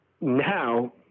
now